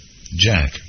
Jack